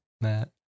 Matt